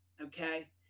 okay